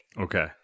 Okay